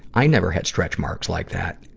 i never had stretchmarks like that.